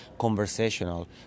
conversational